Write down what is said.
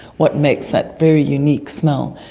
what makes that very unique smell.